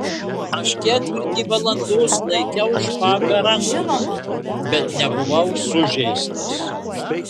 aš ketvirtį valandos laikiau špagą rankoje bet nebuvau sužeistas